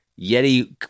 Yeti